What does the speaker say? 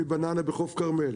מבננה בחוף כרמל,